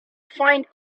find